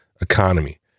economy